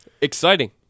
Exciting